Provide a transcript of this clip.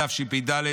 התשפ"ד,